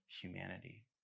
humanity